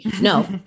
No